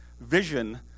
vision